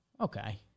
Okay